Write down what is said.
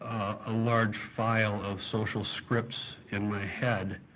ah large file of social scripts in my head